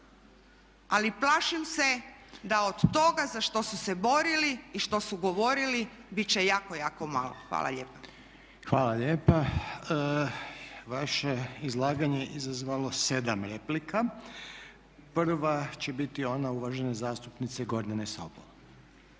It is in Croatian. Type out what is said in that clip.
ali plašim se da od toga za što su se borili i što su govorili biti će jako, jako malo. Hvala lijepa. **Reiner, Željko (HDZ)** Hvala lijepa. Vaše izlaganje je izazvalo 7 replika. Prva će biti ona uvažene zastupnice Gordane Sobol.